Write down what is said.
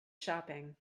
shopping